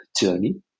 journey